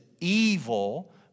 evil